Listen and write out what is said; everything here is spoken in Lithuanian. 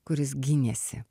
kuris gynėsi